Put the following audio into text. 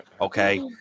Okay